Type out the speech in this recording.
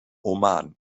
oman